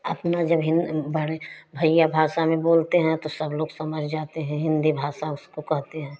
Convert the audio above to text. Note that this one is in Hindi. अपना जब हिन् बढ़ें भैया भाषा में बोलते हैं तो सब लोग समझ जाते हैं हिंदी भाषा उसको कहते हैं